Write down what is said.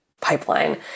pipeline